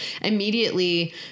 immediately